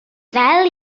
ddel